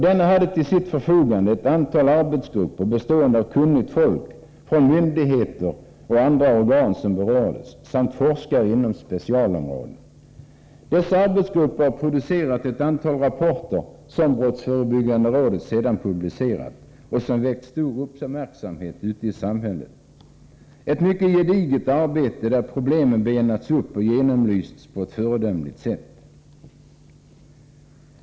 Denna hade till sitt förfogande ett antal arbetsgrupper bestående av kunnigt folk från myndigheter och andra organ som berördes samt forskare inom specialområden. Dessa arbetsgrupper har producerat ett antal rapporter som brottsförebyggande rådet sedan publicerat och som väckt stor uppmärksamhet ute i samhället — ett mycket gediget arbete, där problemen benats upp och genomlysts på ett föredömligt sätt.